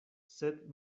sed